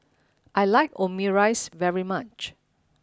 I like Omurice very much